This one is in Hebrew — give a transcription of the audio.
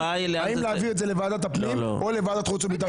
האם להביא את זה לוועדת הפנים או לוועדת החוץ והביטחון?